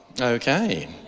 okay